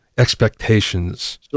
expectations